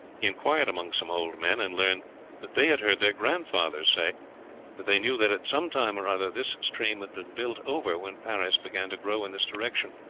he inquired among some old men, and learned that they had heard their grandfathers say that they knew that at some time or other this stream had been built over when paris began to grow in this direction.